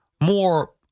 more